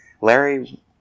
Larry